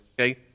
okay